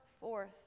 forth